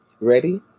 Ready